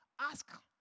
Ask